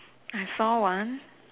I found one